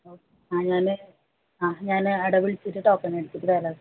ഓ ആ ഞാൻ ആ ഞാൻ അവിടെ വിളിച്ചിട്ട് ടോക്കെണെടുത്തിട്ട് വരാം